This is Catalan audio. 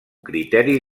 criteri